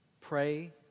Pray